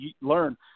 learn